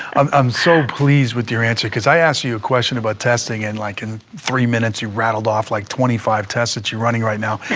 i'm so pleased with your answer, because i asked you you a question about testing, and like in three minutes, you rattled off like twenty five tests that you're running right now.